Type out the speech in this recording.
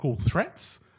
threats